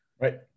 Right